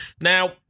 Now